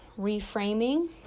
reframing